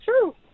true